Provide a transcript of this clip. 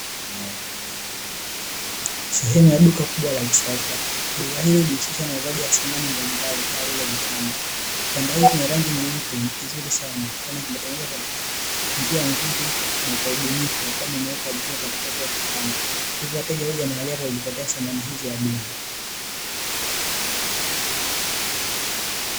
Sehemu ya duka kubwa la kisasa, duka hilo hujihusisha na uuzaji wa samani mbalimbali kama vile vitanda, kitanda hiki chenye rangi nyeupe nikizuri sana kwani kimetengenezwa katika njia nzuri na kwa ubunifu kwani imewekwa droo katikati ya kitanda hivyo wateja huja mahali hapa kujipatia samani hizi adimu.